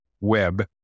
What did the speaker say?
web